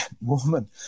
woman